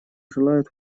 желают